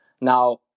Now